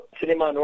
cinema